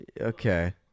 Okay